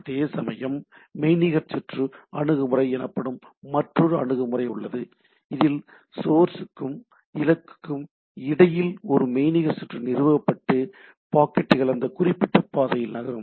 அதேசமயம் மெய்நிகர் சுற்று அணுகுமுறை எனப்படும் மற்றொரு அணுகுமுறை உள்ளது இதில் சோர்ஸ்க்கும் இலக்குக்கும் இடையில் ஒரு மெய்நிகர் சுற்று நிறுவப்பட்டு பாக்கெட்டுகள் அந்த குறிப்பிட்ட பாதையில் நகரும்